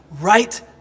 right